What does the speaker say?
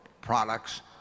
products